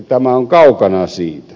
tämä on kaukana siitä